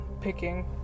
picking